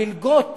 המלגות